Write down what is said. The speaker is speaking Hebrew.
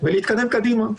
ונתקדם קדימה.